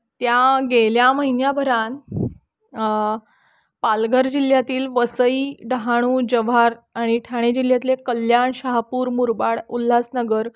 त्या गेल्या महिन्याभरात पालघर जिल्ह्यातील वसई डहाणू जव्हार आणि ठाणे जिल्ह्यातले कल्याण शहापूर मुरबाड उल्हासनगर